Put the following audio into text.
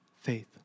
faith